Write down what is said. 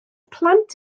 plant